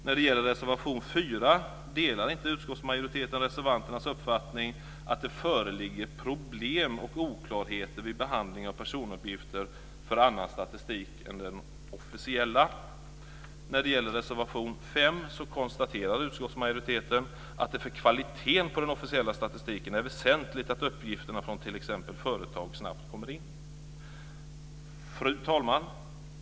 Utskottsmajoriteten delar inte reservanternas uppfattning i reservation 4 att det föreligger problem och oklarheter vid behandling av personuppgifter för annan statistik än den officiella. När det gäller reservation 5 konstaterar utskottsmajoriteten att det för kvaliteten på den officiella statistiken är väsentligt att uppgifterna från t.ex. företag snabbt kommer in. Fru talman!